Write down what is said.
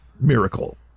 Miracle